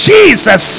Jesus